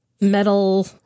metal